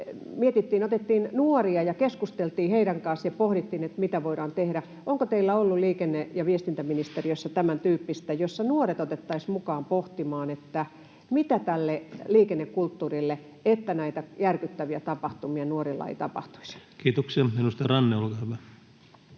— että otettiin nuoria ja keskusteltiin heidän kanssaan ja pohdittiin, mitä voidaan tehdä. Onko teillä ollut liikenne- ja viestintäministeriössä tämäntyyppistä toimintaa, jossa nuoret otettaisiin mukaan pohtimaan, mitä tälle liikennekulttuurille voisi tehdä, että näitä järkyttäviä tapahtumia nuorille ei tapahtuisi? Kiitoksia. — Edustaja Ranne, olkaa hyvä.